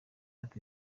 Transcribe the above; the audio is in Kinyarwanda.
ati